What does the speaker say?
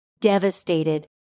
Devastated